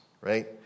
right